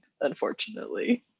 unfortunately